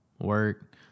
work